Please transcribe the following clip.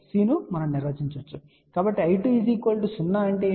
కాబట్టి I2 0 అంటే ఏమిటి